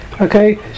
Okay